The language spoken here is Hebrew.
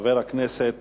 חבר הכנסת